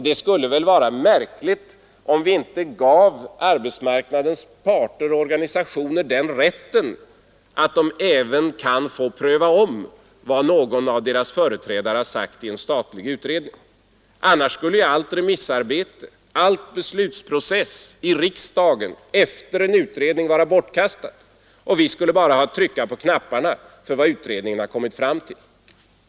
Det skulle väl vara märkligt om vi inte gav arbetsmarknadens parter och organisationer den rätten att de även kan få pröva om vad någon av deras företrädare har sagt i en statlig utredning. Annars skulle ju allt remissarbete och all beslutsprocess i riksdagen efter en utredning vara bortkastade, och vi skulle bara ha att trycka på knapparna för vad utredningen har kommit fram till.